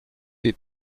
des